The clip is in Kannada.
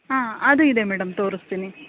ಹಾಂ ಅದು ಇದೆ ಮೇಡಮ್ ತೋರಿಸ್ತಿನಿ